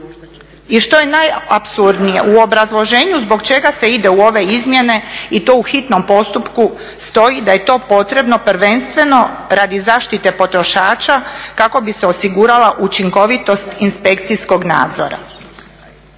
I što je najapsurdnije u obrazloženju zbog čega se ide u ove izmjene i to u hitnom postupku stoji da je to potrebno prvenstveno radi zaštite potrošača kako bi se osigurala učinkovitost inspekcijskog nadzora.